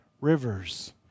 rivers